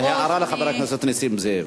הערה לחבר הכנסת נסים זאב.